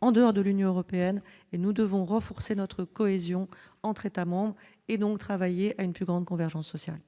en dehors de l'Union européenne et nous devons renforcer notre cohésion entre États-membres et donc travailler à une plus grande convergence sociale.